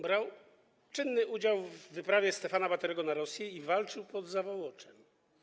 Brał czynny udział w wyprawie Stefana Batorego na Rosję i walczył pod Zawołoczem.